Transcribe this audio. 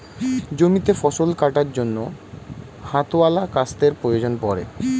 জমিতে ফসল কাটার জন্য হাতওয়ালা কাস্তের প্রয়োজন পড়ে